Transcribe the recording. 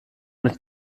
mit